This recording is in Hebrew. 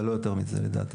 אבל לא יותר מזה לדעתנו.